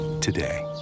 today